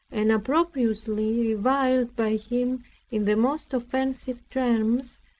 and opprobriously reviled by him in the most offensive terms,